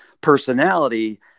personality